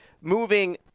moving